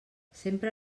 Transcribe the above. sempre